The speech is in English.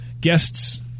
guests